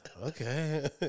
Okay